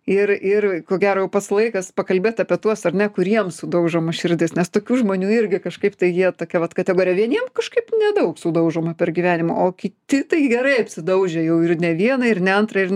ir ir ko gero jau pats laikas pakalbėt apie tuos ar ne kuriems sudaužoma širdis nes tokių žmonių irgi kažkaip tai jie tokia vat kategorija vieniem kažkaip nedaug sudaužoma per gyvenimą o kiti tai gerai apsidaužę jau ir ne vieną ir ne antrą ir